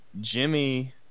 Jimmy